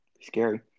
Scary